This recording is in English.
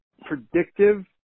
predictive